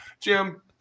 jim